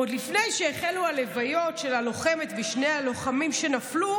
עוד לפני שהחלו הלוויות של הלוחמת ושני הלוחמים שנפלו,